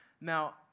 Now